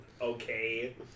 okay